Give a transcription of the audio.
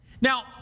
Now